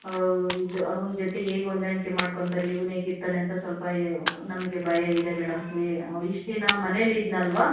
ಇದು ಅವನ ಜೊತೆಗೆ ಹೇಗೆ ಹೊಂದಾಣಿಕೆ ಮಾಡ್ಕೊತಾರೆ ಇವನು ಹೇಗೆ ಇರ್ತಾನೆ ಅಂತ ಸ್ವಲ್ಪ ನಮಗೆ ಭಯ ಇದೆ ಮೇಡಮ್ ಇಷ್ಟು ದಿನ ಮನೇಲಿ ಇದ್ದನಲ್ವ